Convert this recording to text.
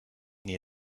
near